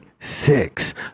Six